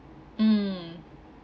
mm